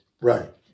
Right